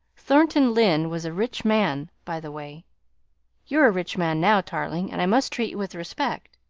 thornton lyne was a rich man by-the-way, you're a rich man, now, tarling, and i must treat you with respect.